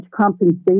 compensation